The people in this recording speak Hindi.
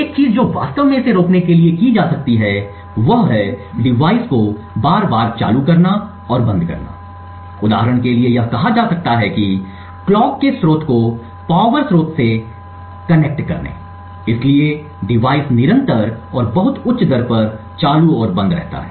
एक चीज जो वास्तव में इसे रोकने के लिए की जा सकती है वह है डिवाइस को बार बार चालू करना और बंद करना उदाहरण के लिए यह कहा जा सकता है कि कलॉक के स्रोत को पावर स्रोत से कनेक्ट करें इसलिए डिवाइस निरंतर और बहुत उच्च दर पर चालू और बंद रहता है